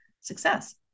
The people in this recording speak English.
success